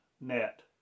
net